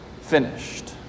finished